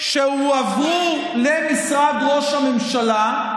שהועברו למשרד ראש הממשלה,